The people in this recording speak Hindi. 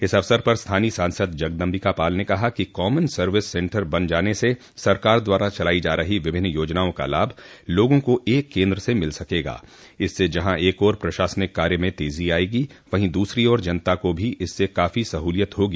इस अवसर पर स्थानीय सांसद जगदम्बिका पाल ने कहा कि कॉमन सर्विस सेन्टर बन जाने से सरकार द्वारा चलाई जा रही विभिन्न योजनाओं का लाभ लोगों को एक केन्द्र से मिल सकेगा इससे जहां एक ओर प्रशासनिक कार्य में तेजी आयेगी वहीं दूसरी ओर जनता को भी इससे काफी सहूलियत होगी